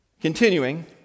Continuing